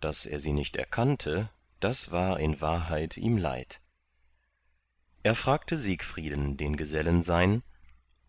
daß er sie nicht erkannte das war in wahrheit ihm leid er fragte siegfrieden den gesellen sein